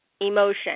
emotion